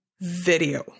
video